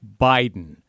Biden